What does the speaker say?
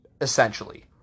essentially